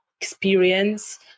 experience